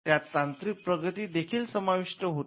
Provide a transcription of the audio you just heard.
त्यात तांत्रिक प्रगती देखील समाविष्ट होते